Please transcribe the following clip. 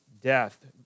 death